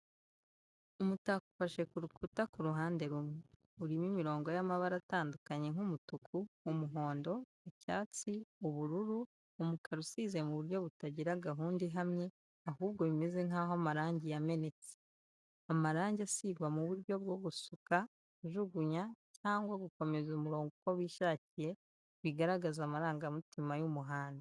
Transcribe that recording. Umutako ufashe ku rukuta ku ruhande rumwe. Urimo imirongo y’amabara atandukanye nk’umutuku, umuhondo, icyatsi, ubururu, umukara usize mu buryo butagira gahunda ihamye, ahubwo bimeze nk’aho amarangi yamenetse. Amarangi asigwa mu buryo bwo gusuka, kujugunya cyangwa gukomeza umurongo uko bishakiye, bigaragaza amarangamutima y’umuhanzi.